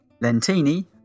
Lentini